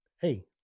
hey